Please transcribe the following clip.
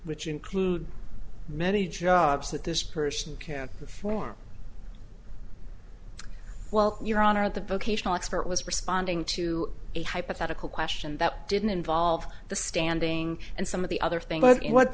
which include many jobs that this person can't perform well your honor at the vocational expert was responding to a hypothetical question that didn't involve the standing and some of the other thing but what